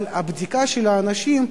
אבל הבדיקה של האנשים,